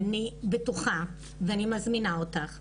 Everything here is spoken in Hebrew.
אני בטוחה ואני מזמינה אותך,